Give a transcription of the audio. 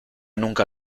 nunca